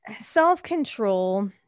self-control